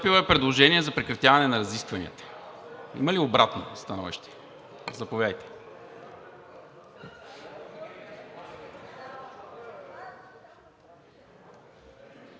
е предложение за прекратяване на разискванията. Има ли обратно становище? Заповядайте.